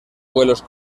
vuelos